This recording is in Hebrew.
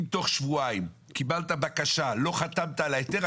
אם תוך שבועיים קיבלת בקשה ולא חתמת על ההיתר,